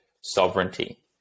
sovereignty